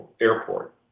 airport